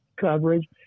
coverage